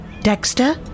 Dexter